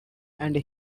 and